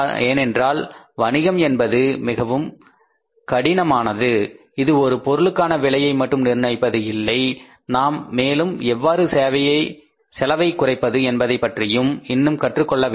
ஏனென்றால் வணிகம் என்பது மிகவும் கடினமானது இது ஒரு பொருளுக்கான விலையை மட்டும் நிர்ணயிப்பது இல்லை நாம் மேலும் எவ்வாறு செலவை குறைப்பது என்பதைப் பற்றியும் இன்னும் கற்றுக்கொள்ள வேண்டும்